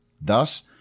thus